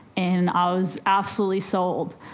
and i was absolutely sold.